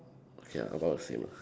okay ah about the same lah